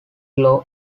law